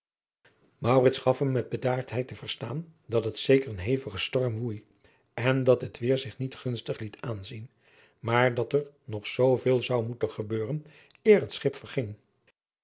gaf hem met bedaardheid te verstaan dat het zeker een hevige storm woei en dat het weêr zich niet gunstig liet aanzien maar dat er nog veel zou moeten gebeuren eer het schip verging